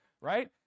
right